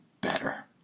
better